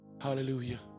Hallelujah